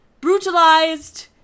brutalized